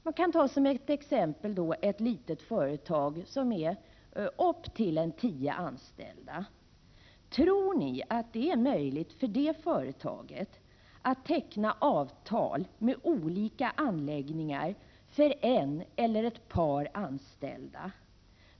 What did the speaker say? Jag kan ta som ett exempel ett 99 litet företag med upp till tio anställda. Tror ni att det är möjligt för det företaget att teckna avtal med olika anläggningar för en eller ett par anställda?